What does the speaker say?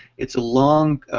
its a long,